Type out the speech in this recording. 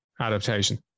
adaptation